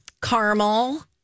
Caramel